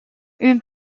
une